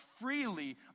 freely